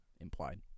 implied